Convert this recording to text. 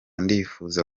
ndifuza